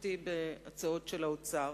בתמיכתי בהצעות של האוצר,